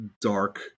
dark